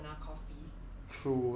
买一杯 dalgona coffee